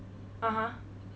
(uh huh)